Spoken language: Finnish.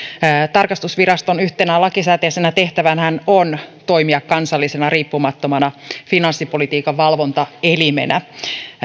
tarkastusviraston yhtenä lakisääteisenä tehtävänähän on toimia kansallisena riippumattomana finanssipolitiikan valvontaelimenä